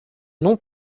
noms